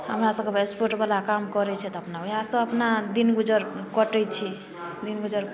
हमरा सभकऽ ओएह एस्पोर्ट बला काम करैत छै तऽ अपना ओएहसँ अपना दिन गुजर कटैत छै दिन गुजर